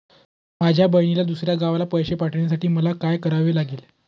माझ्या बहिणीला दुसऱ्या गावाला पैसे पाठवण्यासाठी मला काय करावे लागेल?